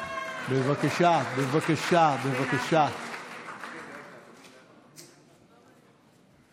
(חותם על ההצהרה) תודה רבה.